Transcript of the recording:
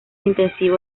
intensivo